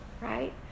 right